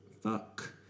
fuck